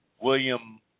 William